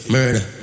Murder